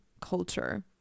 culture